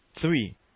Three